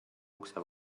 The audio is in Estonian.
ukse